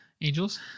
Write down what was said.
angels